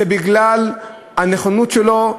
זה בגלל הנכונות שלו,